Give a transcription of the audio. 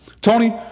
Tony